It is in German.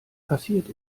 passiert